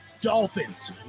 Dolphins